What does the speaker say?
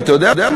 ואתה יודע מה?